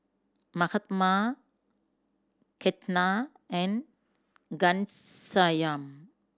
Mahatma Ketna and Ghanshyam